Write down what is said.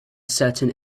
certain